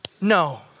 no